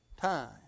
Time